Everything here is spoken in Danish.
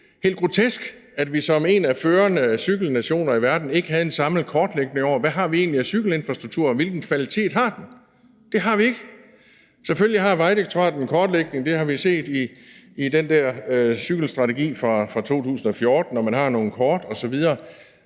helt grotesk, at vi som en af de førende cykelnationer i verden ikke havde en samlet kortlægning af, hvad vi egentlig har af cykelinfrastruktur, og hvilken kvalitet den har. Det har vi ikke. Selvfølgelig har Vejdirektoratet en kortlægning. Det har vi set i den der cykelstrategi fra 2014, hvor man har nogle kort osv.,